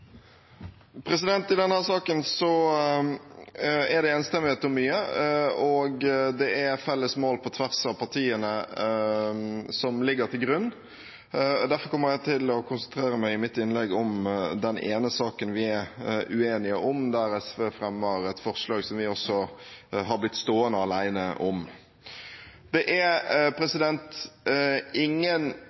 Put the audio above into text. I denne saken er det enstemmighet om mye, og det er felles mål på tvers av partiene som ligger til grunn. Derfor kommer jeg i mitt innlegg til å konsentrere meg om den ene saken vi er uenige om, der SV fremmer et forslag som vi også har blitt stående alene om. Det er ingen